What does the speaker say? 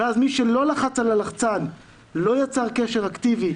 ואז מי שלא לחץ על הלחצן ולא יצר קשר אקטיבי,